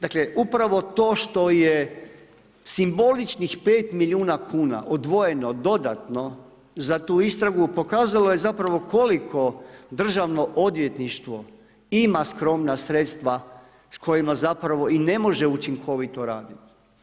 Dakle upravo to što je simboličnih pet milijuna kuna odvojeno dodatno za tu istragu pokazalo je koliko državno odvjetništvo ima skromna sredstva s kojima i ne može učinkovito raditi.